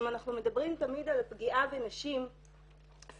אם אנחנו מדברים תמיד על פגיעה בנשים פיזית,